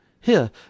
Here